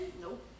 Nope